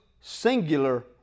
singular